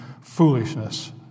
foolishness